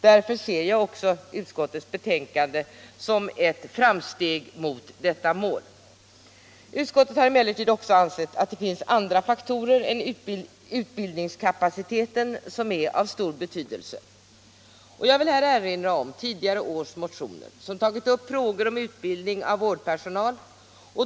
Därför ser jag också utskottets betänkande som ett steg mot detta mål. : Utskottet har emellertid. också ansett att det finns andra faktorer än utbildningskapaciteten som är av stor betydelse. Jag vill här erinra om tidigare års motioner som tagit upp frågor om utbildning av vårdpersonal.